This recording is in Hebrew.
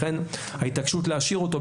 לכן ההתעקשות להשאיר אותו,